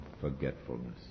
forgetfulness